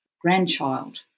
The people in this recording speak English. grandchild